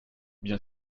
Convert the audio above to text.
bien